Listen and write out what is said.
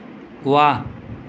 ৱাহ